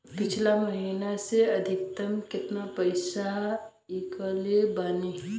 पिछला महीना से अभीतक केतना पैसा ईकलले बानी?